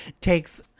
takes